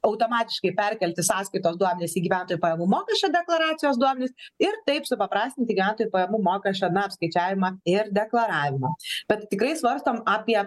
automatiškai perkelti sąskaitos duomenis į gyventojų pajamų mokesčio deklaracijos duomenis ir taip supaprastinti gyventojo pajamų mokesčio apskaičiavimą ir deklaravimą bet tikrai svarstom apie